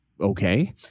okay